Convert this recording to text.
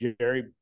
Jerry